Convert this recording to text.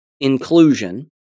Inclusion